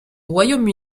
royaume